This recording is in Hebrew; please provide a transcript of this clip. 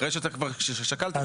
אחרי ששקלת.